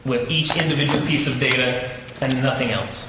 with each individual piece of data and nothing else